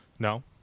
No